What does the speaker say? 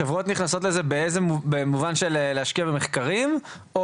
חברות נכנסות לזה במובן של להשקיע במחקרים או